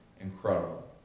incredible